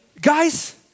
guys